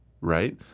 right